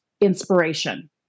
inspiration